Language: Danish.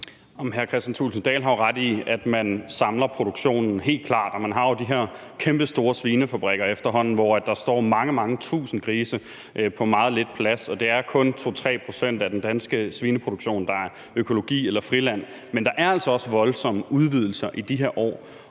Dahl har jo ret i, at man helt klart samler produktionen, og man har jo efterhånden de her kæmpestore svinefabrikker, hvor der står mange, mange tusind grise på meget lidt plads, og det er kun 2-3 pct. af den danske svineproduktion, der er økologisk eller på friland. Men der sker altså også voldsomme udvidelser i de her år,